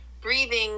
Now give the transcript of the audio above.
breathing